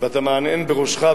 ואתה מהנהן בראשך,